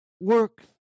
work